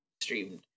streamed